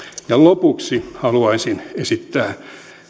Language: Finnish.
ja lopuksi haluaisin esittää